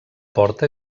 porta